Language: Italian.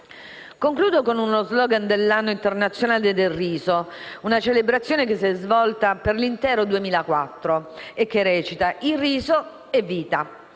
Concludo con lo slogan dell'anno internazionale del riso, una celebrazione che si è svolta per l'intero 2004, secondo il quale: «Il riso è vita».